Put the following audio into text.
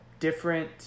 different